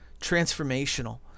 transformational